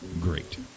Great